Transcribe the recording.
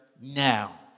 Now